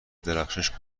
درخشش